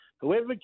whoever